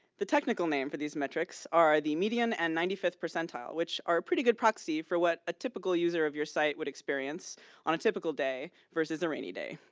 the technical name for these metrics are the median and ninety fifth percentile, which are pretty good proxy for what a typical user of your site would experience on a typical day versus a rainy day.